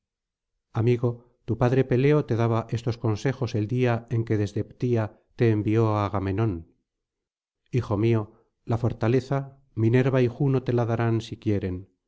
amigo tu padre peleo te daba estos consejos el día en que desde ptía te envió á agamenón hijo mío la fortalezuy mifierva y juno te la darán sí quieren